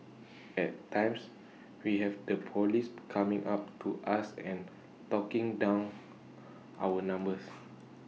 at times we have the Police coming up to us and taking down our numbers